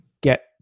get